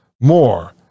more